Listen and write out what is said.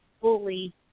fully